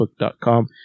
facebook.com